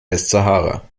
westsahara